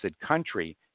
country